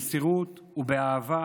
במסירות ובאהבה